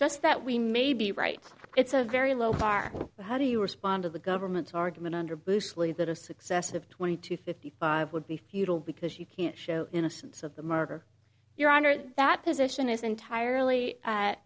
just that we may be right it's a very low bar how do you respond to the government's argument under bruce lee that a success of twenty to fifty five would be futile because you can't show innocence of the murder your honor that position is entirely